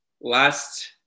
last